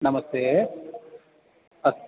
नमस्ते अस्तु